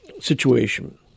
situation